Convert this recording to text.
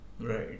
Right